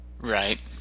Right